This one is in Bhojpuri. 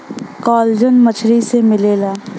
कॉलाजन मछरी से मिलला